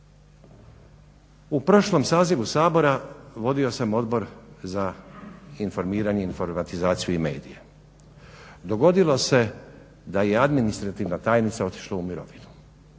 U prošlom sazivu Sabora vodio sam Odbor za informiranje, informatizaciju i medije. Dogodilo se da je administrativna tajnica otišla u mirovinu